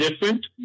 different